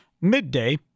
Midday